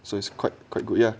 so it's quite quite good ya